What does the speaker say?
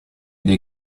dei